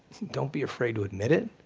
don't be afraid to admit it,